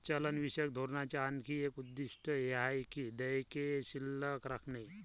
चलनविषयक धोरणाचे आणखी एक उद्दिष्ट हे आहे की देयके शिल्लक राखणे